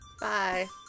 bye